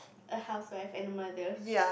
a housewife and a mother